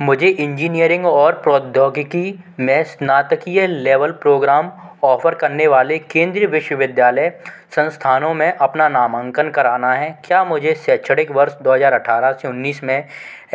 मुझे इंजीनियरिंग और प्रौद्योगिकी में स्नातकीय लेवल प्रोग्राम ऑफ़र करने वाले केंद्रीय विश्वविद्यालय संस्थानों में अपना नामांकन कराना है क्या मुझे शैक्षणिक वर्ष दो हज़ार अठारह से उन्नीस में